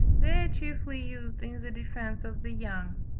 they are chiefly used in the defence of the young.